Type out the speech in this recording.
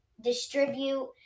distribute